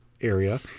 area